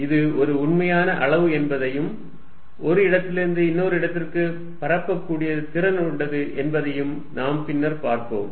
இது ஒரு உண்மையான அளவு என்பதையும் ஒரு இடத்திலிருந்து இன்னொரு இடத்திற்கு பரப்பக்கூடிய திறன் கொண்டது என்பதை நாம் பின்னர் பார்ப்போம்